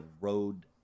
road